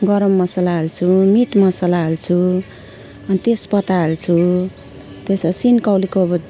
गरम मसला हार्छु मिट मसला हाल्छु अनि तेजपत्ता हाल्छु त्यस सिन्कौलीको अब